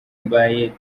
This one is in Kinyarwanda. mbaye